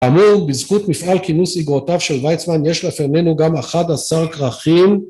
אמור, בזכות מפעל כינוס אגרותיו של ויצמן, יש לפנינו גם אחד עשר כרכים.